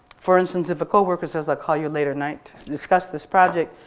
for instance, if a coworker says i'll call you later tonight to discuss this project,